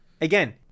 again